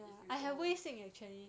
if you